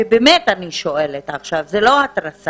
ובאמת אני שואלת עכשיו וזו לא התרסה